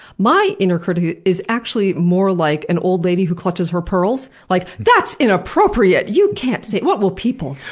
my inner critic is actually more like an old lady who clutches her pearls. like, that's inappropriate! you can't say, what will people